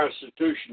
Constitution